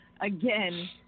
again